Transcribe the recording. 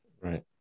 right